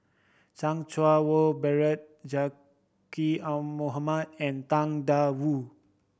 Chan Wah Bernard Zaqy Mohamad and Tang Da Wu